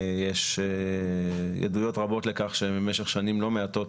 יש עדויות רבות לכך שבמשך שנים לא מעטות